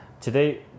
today